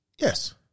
Yes